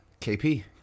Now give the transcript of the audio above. KP